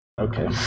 Okay